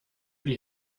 die